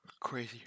Crazy